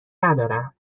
ندارم